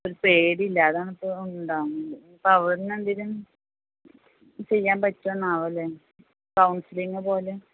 ഒരു പേടിയില്ല അതാണിപ്പോൾ ഉണ്ടാവുന്നത് ഇപ്പോൾ അവിടുന്ന് എന്തെങ്കിലും ചെയ്യാൻ പറ്റുമോ എന്നാവുമല്ലേ കൗൺസിലിംഗ് പോലെ